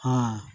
ହଁ